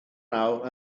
nawr